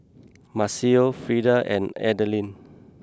Maceo Freeda and Adaline